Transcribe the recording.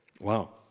Wow